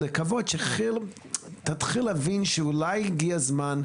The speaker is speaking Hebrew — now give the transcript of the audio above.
לקוות שכיל תתחיל להבין שאולי הגיע הזמן,